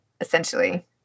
essentially